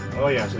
oh yeah,